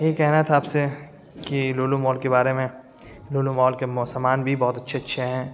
یہی کہنا تھا آپ سے کہ لولو مال کے بارے میں لولو مال کے مو سامان بھی بہت اچھے اچھے ہیں